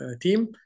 team